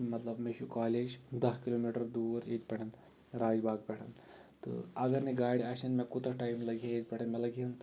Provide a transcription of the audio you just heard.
مطلب مےٚ چھِ کالج دَہ کلوٗمیٖٹَر دوٗر ییٚتہِ پٮ۪ٹھَ راج باغ پٮ۪ٹھَ تہٕ اگر نہٕ گاڑِ آسن مےٚ کوٗتاہ ٹایم لَگہِ ہا ییٚتہِ پٮ۪ٹھَ مےٚ لَگہٕ ہن